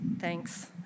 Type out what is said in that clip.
Thanks